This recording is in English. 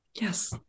Yes